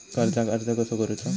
कर्जाक अर्ज कसो करूचो?